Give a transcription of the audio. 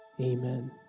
Amen